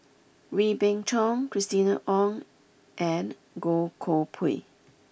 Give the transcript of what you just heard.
Wee Beng Chong Christina Ong and Goh Koh Pui